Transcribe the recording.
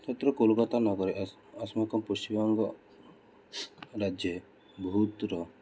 तत्र कोल्कत्तानगरे अस्य अस्माकं पश्चिमबङ्गः राज्ये बहुत्र